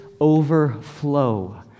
overflow